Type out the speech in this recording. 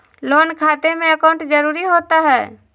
Loan खाते में account जरूरी होता है?